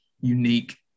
unique